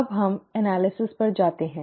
अब हम विश्लेषण पर जाते हैं